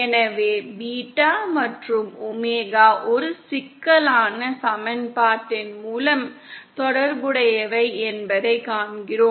எனவே பீட்டா மற்றும் ஒமேகா ஒரு சிக்கலான சமன்பாட்டின் மூலம் தொடர்புடையவை என்பதைக் காண்கிறோம்